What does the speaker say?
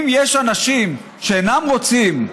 אם יש אנשים שאינם רוצים,